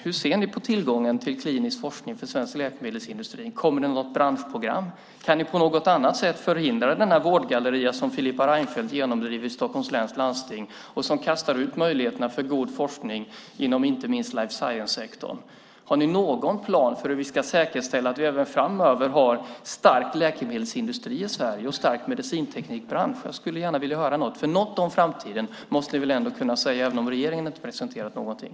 Hur ser ni på tillgången till klinisk forskning för svensk läkemedelsindustri? Kommer det något branschprogram? Kan ni på något annat sätt förhindra den vårdgalleria som Filippa Reinfeldt genomdriver i Stockholms läns landsting och som kastar ut möjligheterna för god forskning inom inte minst life science-sektorn? Har ni någon plan för hur vi ska säkerställa att vi även framöver har en stark läkemedelsindustri i Sverige och en stark medicinteknikbransch? Jag skulle gärna vilja höra något. Något om framtiden måste ni ändå kunna säga även om regeringen inte har presenterat någonting.